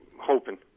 hoping